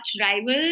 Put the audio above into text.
rivals